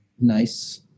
nice